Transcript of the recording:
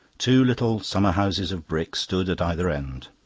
two little summer-houses of brick stood at either end.